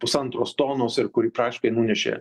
pusantros tonos ir kuri praktiškai nunešė